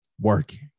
working